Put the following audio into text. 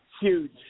huge